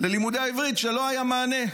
ללימודי העברית, שלא היה להם מענה.